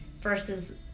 versus